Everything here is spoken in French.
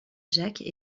jacques